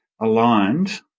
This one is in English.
aligned